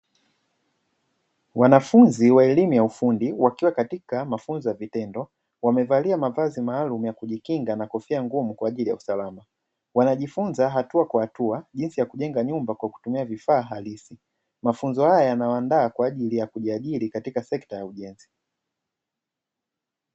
Wanafunzi wa elimu ya ufundi wakiwa katika mafunzo ya vitendo wamevalia mavazi maalumu ya kujikinga na kofia ngumu kwa ajili ya usalama, wanajifunza hatua kwa hatua jinsi ya kujenga nyumba kwa kutumia vifaa halisi, mafunzo haya yanawaanda kwa ajili ya kujiandaa katika sekta ya ujenzi.